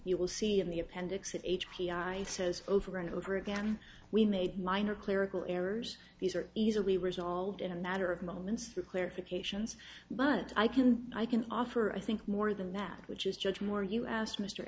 you will see in the appendix of h p i says over and over again we made minor clerical errors these are easily resolved in a matter of moments through clarifications but i can i can offer i think more than that which is judge moore you asked m